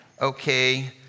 Okay